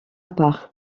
part